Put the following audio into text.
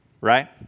right